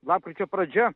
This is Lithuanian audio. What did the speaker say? lapkričio pradžia